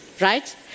Right